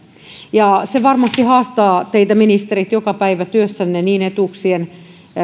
ja se varmasti haastaa teitä ministerit joka päivä työssänne niin etuuksien